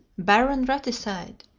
baron raticide,